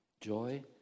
joy